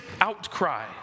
outcry